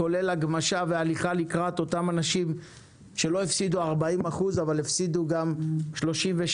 כולל הגמשה והליכה לקראת אותם אנשים שלא הפסידו 40% אבל הפסידו 37%,